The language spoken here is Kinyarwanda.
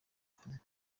akazi